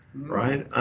right?